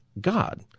God